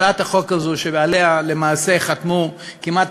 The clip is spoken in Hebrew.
הצעת החוק הזו שעליה למעשה חתמו כמעט